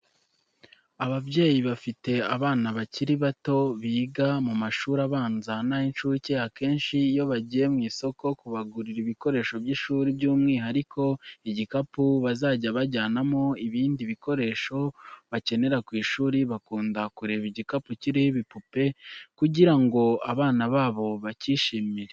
Ababyeyi bafite abana bakiri bato biga mu mashuri abanza n'ay'inshuke, akenshi iyo bagiye mu isoko kubagurira ibikoresho by'ishuri by'umwuhariko igikapu bazajya bajyanamo ibindi bikoresho bakenera ku ishuri, bakunda kureba igikapu kiriho ibipupe kugira ngo abana babo bacyishimire.